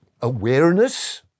awareness